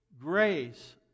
grace